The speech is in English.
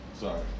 Sorry